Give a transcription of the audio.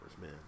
man